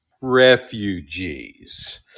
refugees